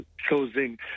closing